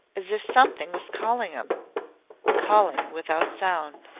as if something was calling him calling without sound.